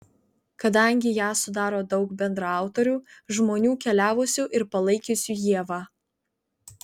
kadangi ją sudaro daug bendraautorių žmonių keliavusių ir palaikiusių ievą